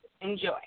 Enjoy